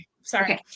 sorry